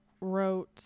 wrote